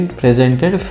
presented